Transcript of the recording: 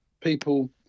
people